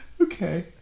Okay